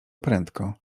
prędko